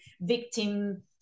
victim